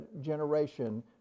generation